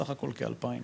סך הכל כ-2000.